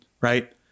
right